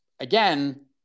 Again